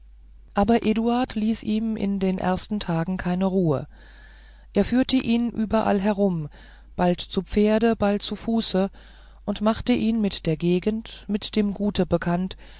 aber eduard ließ ihm in den ersten tagen keine ruhe er führte ihn überall herum bald zu pferde bald zu fuße und machte ihn mit der gegend mit dem gute bekannt